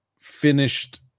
finished